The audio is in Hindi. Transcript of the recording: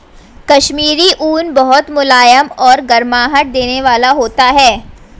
कश्मीरी ऊन बहुत मुलायम और गर्माहट देने वाला होता है